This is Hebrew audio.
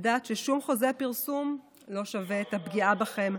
ולדעת ששום חוזה פרסום לא שווה את הפגיעה בכם.